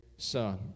Son